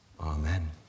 Amen